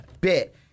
bit